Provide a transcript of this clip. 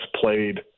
played